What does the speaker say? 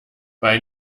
bei